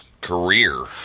career